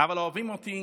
אבל אוהבים אותי